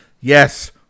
Yes